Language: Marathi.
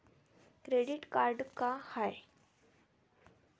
क्रेडिट कार्ड का हाय?